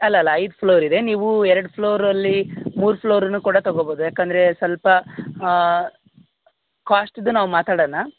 ಅಲ್ಲಲ್ಲ ಐದು ಫ್ಲೋರ್ ಇದೆ ನೀವು ಎರಡು ಫ್ಲೋರಲ್ಲಿ ಮೂರು ಫ್ಲೋರನ್ನು ಕೂಡ ತಗೋಬೋದು ಏಕೆಂದ್ರೆ ಸ್ವಲ್ಪ ಕಾಸ್ಟ್ದು ನಾವು ಮಾತಾಡೋಣ